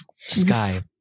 Sky